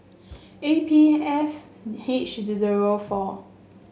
A P F H zero four